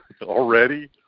already